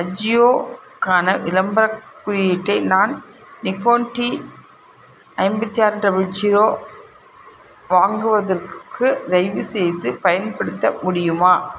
அட்ஜியோக்கான விளம்பரக் குறியீட்டை நான் நிக்கோன் டி ஐம்பத்தி ஆறு டபுள் ஜீரோ வாங்குவதற்கு தயவுசெய்து பயன்படுத்த முடியுமா